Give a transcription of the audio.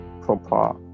proper